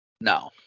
no